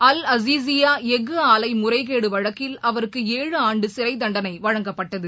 அல் அசிசியாஎக் ஆலைமுறைகேடுவழக்கில் அவருக்கு ஏழு ஆண்டுசிறைத்தண்டனைவழங்கப்பட்டது